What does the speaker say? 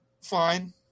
fine